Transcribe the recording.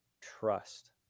trust